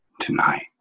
tonight